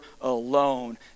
alone